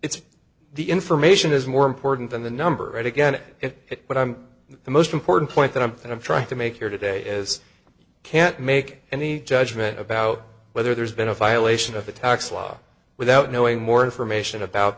it's the information is more important than the number and again it but i'm the most important point that i'm going to try to make here today is can't make any judgment about whether there's been a violation of the tax law without knowing more information about